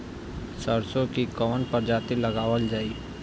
सरसो की कवन प्रजाति लगावल जाई?